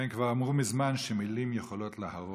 כן, כבר אמרו מזמן שמילים יכולות להרוג.